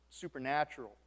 supernatural